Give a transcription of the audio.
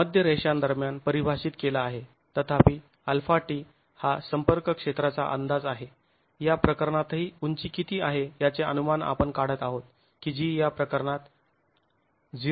मध्य रेषांदरम्यान परिभाषित केला आहे तथापि αt हा संपर्क क्षेत्राचा अंदाज आहे या प्रकरणातही उंची किती आहे याचे अनुमान आपण काढत आहोत की जी या प्रकरणात 0